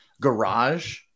garage